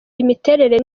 imiterere